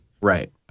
Right